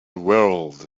whirled